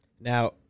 Now